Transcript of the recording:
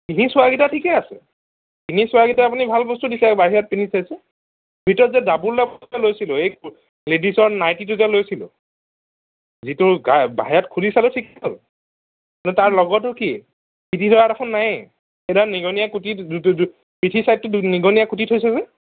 পিন্ধি চোৱা কিটা ঠিকে আছে পিন্ধি চোৱা কিটা আপুনি ভাল বস্তু দিছে বাহিৰত পিন্ধি চাইছোঁ ভিতৰত যে ডাবল ডাবলকে লৈছিলোঁ এইটো লেডিচৰ নাইটিটো যে লৈছিলোঁ যিটো গাৰ বাহিৰত খুলি চালোঁ ঠিকে হ'ল কিন্তু তাৰ লগৰটো কি পিঠি ডখৰা দেখোন নায়ে সেই ডখৰা নিগনিয়ে কুটি পিঠি চাইডটো নিগনিয়ে কুটি থৈছে যে